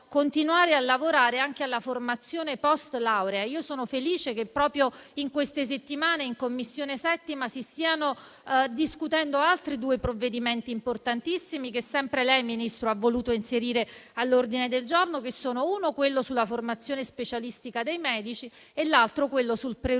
continuare a lavorare anche alla formazione post laurea. Sono felice che proprio in queste settimane in 7a Commissione si stiano discutendo altri due provvedimenti importantissimi che sempre lei, Ministro, ha voluto inserire all'ordine del giorno: uno relativo alla formazione specialistica dei medici e l'altro sul pre-ruolo